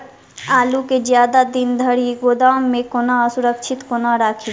आलु केँ जियादा दिन धरि गोदाम मे कोना सुरक्षित कोना राखि?